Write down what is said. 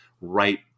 right